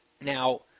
Now